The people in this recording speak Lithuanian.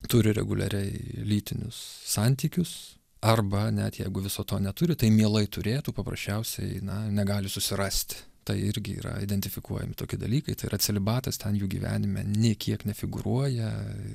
turi reguliariai lytinius santykius arba net jeigu viso to neturi tai mielai turėtų paprasčiausiai na negali susirasti tai irgi yra identifikuojami tokie dalykai tai yra celibatas ten jų gyvenime nė kiek nefigūruoja